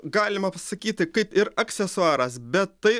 galima pasakyti kaip ir aksesuaras bet tai